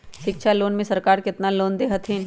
शिक्षा लोन में सरकार केतना लोन दे हथिन?